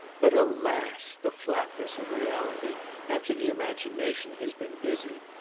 but, alas! the flatness of reality after the imagination has been busy!